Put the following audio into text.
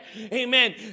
Amen